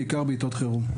בעיקר בעיתות חירום.